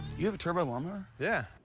you have a turbo lawnmower? yeah.